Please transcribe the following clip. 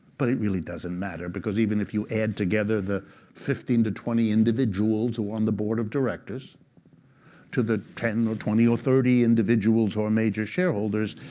but it really doesn't matter, because even if you add together the fifteen to twenty individuals who are on the board of directors to the ten or twenty or thirty individuals who are major shareholders,